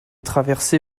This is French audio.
traversé